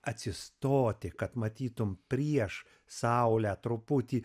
atsistoti kad matytumei prieš saulę truputį